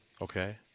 okay